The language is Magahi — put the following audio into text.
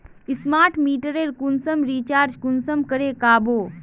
स्मार्ट मीटरेर कुंसम रिचार्ज कुंसम करे का बो?